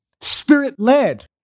spirit-led